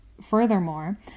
Furthermore